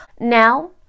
Now